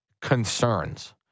concerns